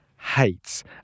hates